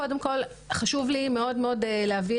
קודם כל חשוב לי מאוד להבהיר,